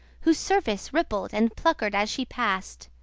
whose surface rippled and puckered as she passed.